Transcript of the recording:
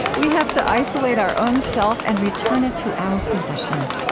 we have to isolate our own self and return it to our possession.